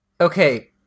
Okay